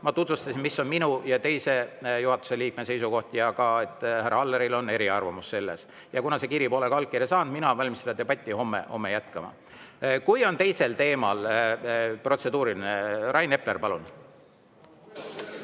Ma tutvustasin, mis on minu ja teise juhatuse liikme seisukoht ja ka härra Alleri eriarvamus selles. Ja kuna see kiri pole ka allkirja saanud, olen mina valmis seda debatti homme jätkama. Kui on teisel teemal protseduuriline, Rain Epler, palun!